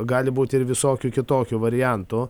gali būti ir visokių kitokių variantų